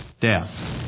Death